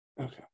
Okay